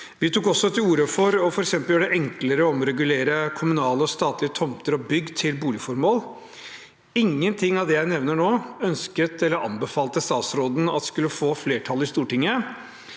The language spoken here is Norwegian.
Vi tok også til orde for f.eks. å gjøre det enklere å omregulere kommunale og statlige tomter og bygg til boligformål. Ingenting av det jeg nevnte nå, ønsket eller anbefalte statsråden at skulle få flertall i Stortinget.